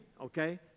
okay